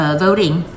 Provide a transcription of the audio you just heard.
voting 。